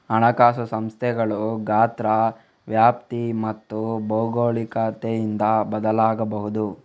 ಹಣಕಾಸು ಸಂಸ್ಥೆಗಳು ಗಾತ್ರ, ವ್ಯಾಪ್ತಿ ಮತ್ತು ಭೌಗೋಳಿಕತೆಯಿಂದ ಬದಲಾಗಬಹುದು